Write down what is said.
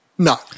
No